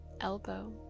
elbow